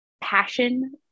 passion